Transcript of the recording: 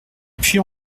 puy